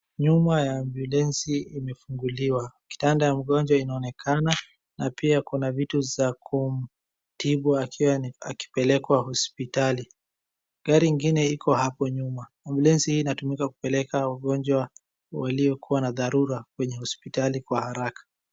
Nyuma ya ambulensi imefunguliwa. Kitanda ya mgonjwa inaonekana na pia kuna vitu za kumtibu akiwa akipelekwa hospitali. Gari ingine iko hapo nyuma. Ambulensi hii inatumika kupeleka wagonjwa waliokuwa na dharura kwenye hospitali kwa haraka.